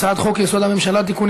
הצעת חוק-יסוד: הממשלה (תיקון,